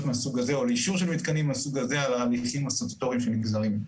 מהסוג הזה או לאישור של מתקנים מהסוג הזה על -- -הסטטוטוריים שנגזרים.